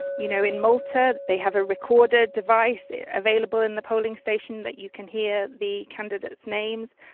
you know in malta they have a recorder device available in the polling station that you can hear the candidates' names.